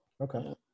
Okay